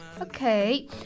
okay